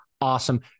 Awesome